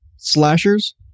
slashers